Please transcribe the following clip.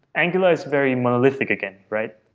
angular is very monolithic again, right?